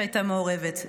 שהייתה מעורבת,